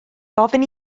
gofyn